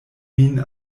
min